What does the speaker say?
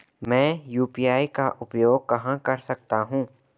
मैं यू.पी.आई का उपयोग कहां कर सकता हूं?